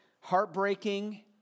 heartbreaking